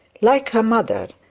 like her mother,